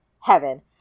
heaven